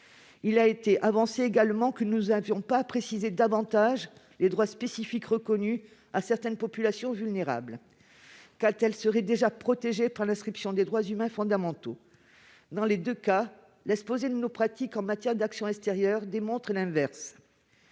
été avancé que nous n'avions pas précisé davantage les droits spécifiques reconnus à certaines populations vulnérables, quand elles seraient déjà protégées par l'inscription des droits fondamentaux. Dans les deux cas, l'exposé de nos pratiques en matière d'action extérieure démontre l'inverse.